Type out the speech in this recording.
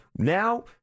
Now